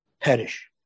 perish